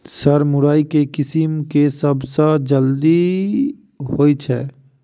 Sir मुरई केँ किसिम केँ सबसँ जल्दी होइ छै?